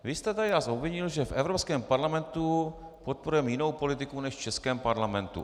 Vy jste tady nás obvinil, že v Evropském parlamentu podporujeme jinou politiku než v českém parlamentu.